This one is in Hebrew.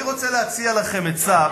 אני רוצה להציע לכם עצה,